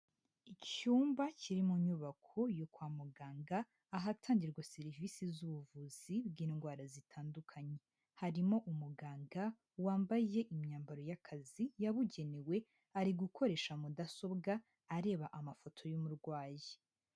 Icyumba kiri mu nyubako yo kwa muganga, ahatangirwa serivisi z'ubuvuzi, bw'indwara zitandukanye. Harimo umuganga, wambaye imyambaro y'akazi yabugenewe, ari gukoresha mudasobwa, areba amafoto y'umurwayi.